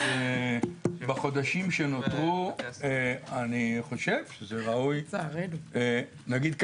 אז בחודשים שנותרו אני חושב שראוי, נגיד ככה,